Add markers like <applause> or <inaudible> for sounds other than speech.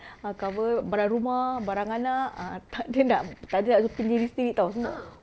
ah cover barang rumah barang anak ah tak ada <laughs> nak tak ada nak fikir diri sendiri tahu semua